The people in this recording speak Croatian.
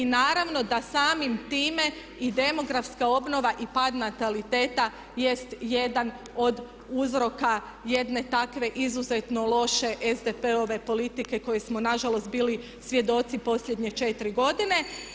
I naravno da samim time i demografska obnova i pad nataliteta jest jedan od uzroka jedne takve izuzetno loše SDP-ove politike kojoj smo na žalost bili svjedoci posljednje četiri godine.